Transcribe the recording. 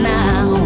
now